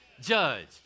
judge